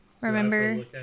Remember